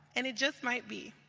and it just might be.